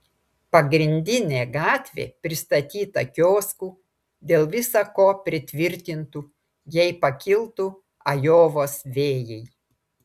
pagrindinė gatvė pristatyta kioskų dėl visa ko pritvirtintų jei pakiltų ajovos vėjai